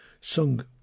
sung